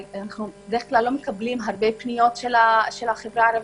בדרך כלל אנחנו לא מקבלים הרבה פניות של החברה הערבית.